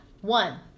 One